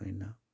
ꯑꯩꯅ